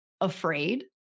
afraid